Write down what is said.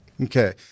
Okay